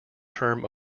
term